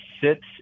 sits